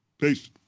Peace